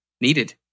needed